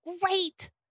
great